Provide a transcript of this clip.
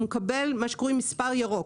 הוא מקבל מה שקוראים "מספר ירוק",